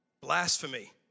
Blasphemy